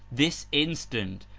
this instant,